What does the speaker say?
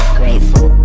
grateful